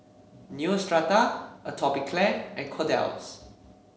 Neostrata Atopiclair and Kordel's